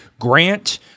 Grant